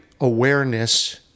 awareness